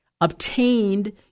obtained